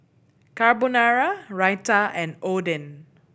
Carbonara Raita and Oden